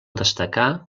destacar